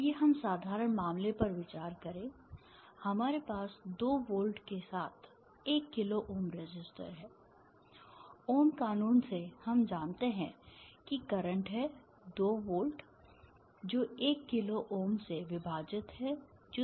आइए हम साधारण मामले पर विचार करें हमारे पास 2 वोल्ट के साथ 1 किलो ओम रेसिस्टर है ओम कानून ohms law से हम जानते हैं कि करंट है 2 वोल्ट जो 1 किलो ओम से विभाजित है जो 2 मिली amp है